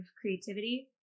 creativity